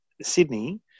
Sydney